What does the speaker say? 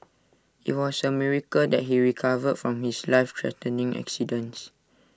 IT was A miracle that he recovered from his life threatening accident